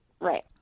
Right